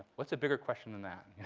what's a bigger question than that?